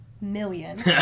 million